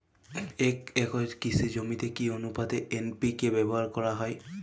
এক একর কৃষি জমিতে কি আনুপাতে এন.পি.কে ব্যবহার করা হয়?